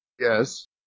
Yes